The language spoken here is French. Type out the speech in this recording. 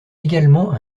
également